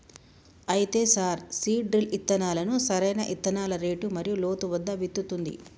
అయితే sir seed drill ఇత్తనాలను సరైన ఇత్తనాల రేటు మరియు లోతు వద్ద విత్తుతుంది